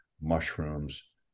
mushrooms